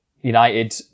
United